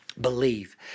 believe